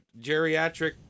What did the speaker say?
geriatric